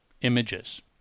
images